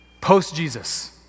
post-Jesus